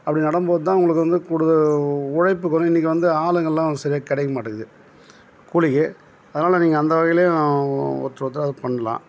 அப்படி நடும்போது தான் உங்களுக்கு வந்து கூடுதல் உழைப்புக்கு வந்து இன்றைக்கி வந்து ஆளுங்கள்லாம் வந்து சரியாக கிடைக்க மாட்டேங்கிது கூலிக்கு அதனால் நீங்கள் அந்த வகையிலும் ஒருத்தர் ஒருத்தர் அது பண்ணலாம்